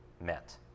met